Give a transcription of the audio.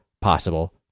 possible